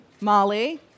Molly